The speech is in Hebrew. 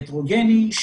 הטרוגני,